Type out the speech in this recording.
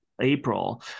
April